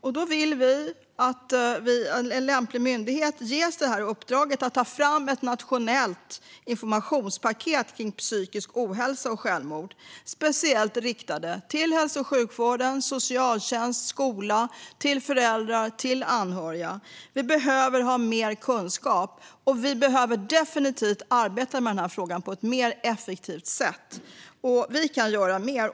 Vi vill att en lämplig myndighet får i uppdrag att ta fram ett nationellt informationspaket om psykisk ohälsa och självmord speciellt riktat till hälso och sjukvård, socialtjänst, skola, föräldrar och andra anhöriga. Vi behöver ha mer kunskap, och vi behöver definitivt arbeta med denna fråga på ett mer effektivt sätt. Vi kan göra mer.